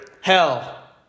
Hell